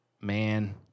Man